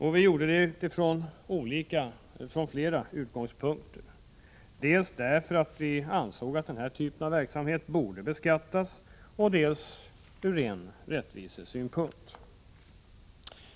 Vi har gjort detta från flera olika utgångspunkter, dels därför att vi ansåg att denna typ av verksamhet borde beskattas, dels ur ren rättvisesynpunkt.